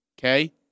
okay